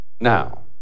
Now